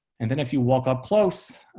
and then if you walk up close,